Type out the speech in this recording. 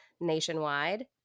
nationwide